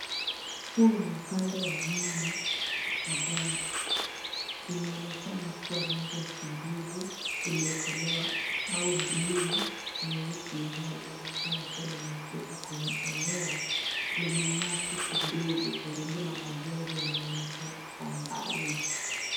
Huu ni upande wa nyuma wa gari linaonekana kuwa ni la kijivu iliyokolea au buluu nyeusi na linaonekana kuwa limeegeshwa kwenye eneo lenye nyasi kidogo karibu na majengo yanaonekana kwa mbali.